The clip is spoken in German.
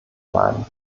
bleiben